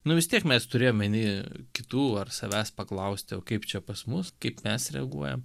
nu vis tiek mes turėjom omeny kitų ar savęs paklausti kaip čia pas mus kaip mes reaguojam